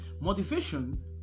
Motivation